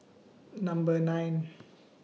Number nine